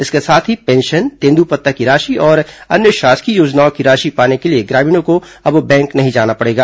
इसके साथ ही पेंशन तेंद्रपत्ता की राशि और अन्य शासकीय योजनाओं की राशि पाने के लिए ग्रामीणों को अब बैंक नहीं जाना पड़ेगा